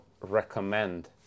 recommend